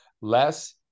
Less